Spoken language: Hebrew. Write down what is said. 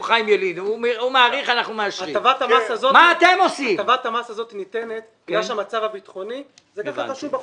הטבת המס הזאת ניתנת בגלל שהמצב הביטחוני הוא כזה.